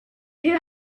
who